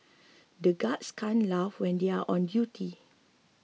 the guards can't laugh when they are on duty